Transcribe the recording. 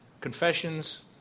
confessions